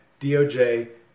DOJ